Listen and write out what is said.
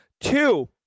two